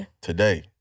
Today